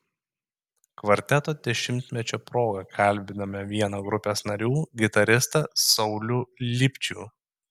kvarteto dešimtmečio proga kalbiname vieną grupės narių gitaristą saulių lipčių